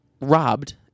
robbed